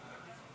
(איחוד עבירת האינוס ועבירת מעשה סדום),